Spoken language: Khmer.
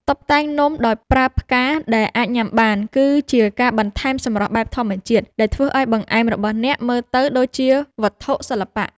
តុបតែងនំដោយប្រើផ្កាដែលអាចញ៉ាំបាន គឺជាការបន្ថែមសម្រស់បែបធម្មជាតិដែលធ្វើឱ្យបង្អែមរបស់អ្នកមើលទៅដូចជាវត្ថុសិល្បៈ។